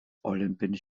olimpinis